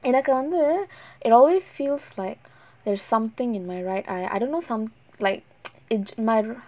எனக்கு வந்து:enakku vanthu it always feels like there's something in my right eye I don't know some like edge my ro~